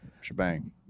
shebang